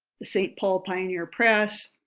the st. paul pioneer press,